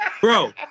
Bro